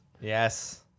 Yes